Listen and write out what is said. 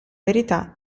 verità